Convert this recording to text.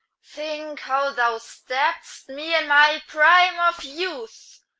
think how thou stabb'dst me in my prime of youth